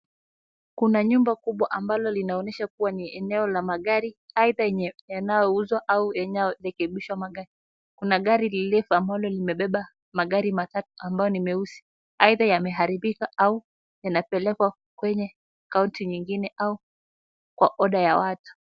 Kuna nyumba kubwa ambalo linaonyesha kuwa ni eneo la magari aidha yanayouzwa au yanayorekebishwa. Kuna gari refu ambalo limebeba magari matatu ambayo ni meusi aidha yameharibika au yanapelekwa kwenye kaunti nyingine au kwa (cs) order (cs)ya watu.